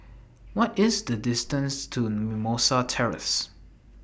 What IS The distance to Mimosa Terrace